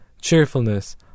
cheerfulness